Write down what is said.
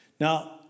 Now